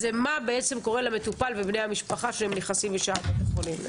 מה קורה למטופל ולבני משפחתו כשהם נכנסים בשערי בית החולים.